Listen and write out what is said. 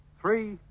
three